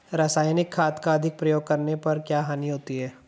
रासायनिक खाद का अधिक प्रयोग करने पर क्या हानि होती है?